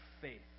faith